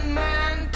man